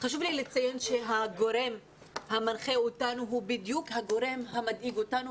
חשוב לי לציין שהגורם המנחה אותנו הוא בדיוק הגורם המדאיג אותנו,